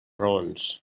raons